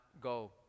go